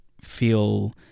feel